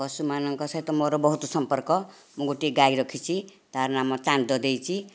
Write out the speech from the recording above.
ପଶୁ ମାନଙ୍କ ସହିତ ମୋର ବହୁତ ସମ୍ପର୍କ ମୁଁ ଗୋଟିଏ ଗାଈ ରଖିଛି ତାର ନାମ ଚାନ୍ଦ ଦେଇଛି